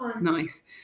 Nice